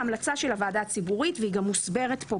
ההמלצה של הוועדה הציבורית והיא גם מוסברת פה,